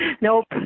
Nope